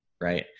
right